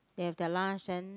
they have their lunch then